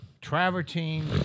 travertine